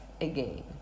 again